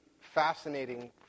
fascinating